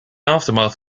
aftermath